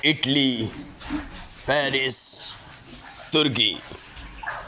Italy Paris Turkey